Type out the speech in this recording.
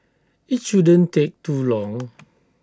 IT shouldn't take too long